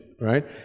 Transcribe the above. right